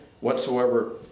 whatsoever